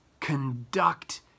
Conduct